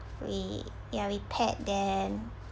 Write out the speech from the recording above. we ya we pet them